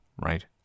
right